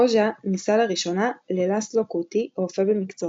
רוז'ה נישאה לראשונה ללאסלו קוטי, רופא במקצועו.